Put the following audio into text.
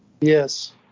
Yes